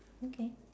okay